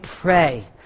pray